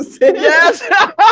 yes